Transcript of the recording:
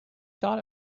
thought